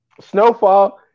Snowfall